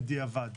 בדיעבד.